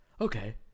Okay